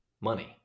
money